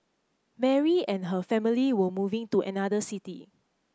Mary and her family were moving to another city